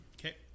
Okay